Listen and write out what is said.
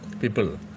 people